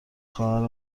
خواهر